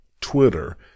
Twitter